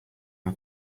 how